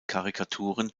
karikaturen